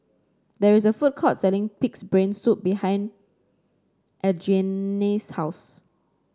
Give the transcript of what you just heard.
there is a food court selling pig's brain soup behind Adriene's house